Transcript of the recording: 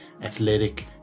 athletic